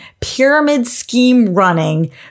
pyramid-scheme-running